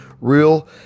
real